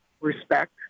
respect